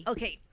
Okay